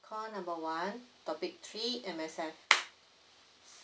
call number one topic three M_S_F